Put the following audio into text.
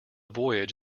voyage